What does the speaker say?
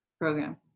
program